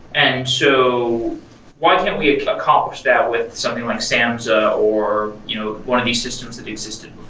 and so why can't we accomplish that with something like samza, or you know one of these systems that existed